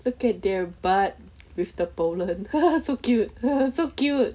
look at their butt with the pollen so cute so cute